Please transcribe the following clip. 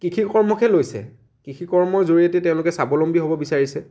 কৃষিকৰ্মকহে লৈছে কৃষিকৰ্মৰ জৰিয়তে তেওঁলোকে স্বাৱলম্বী হ'ব বিচাৰিছে